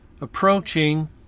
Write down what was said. approaching